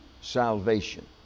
salvation